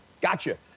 gotcha